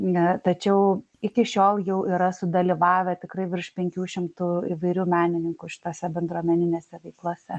ne tačiau iki šiol jau yra sudalyvavę tikrai virš penkių šimtų įvairių menininkų šitose bendruomeninėse veiklose